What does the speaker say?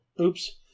Oops